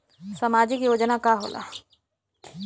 सामाजिक योजना का होला?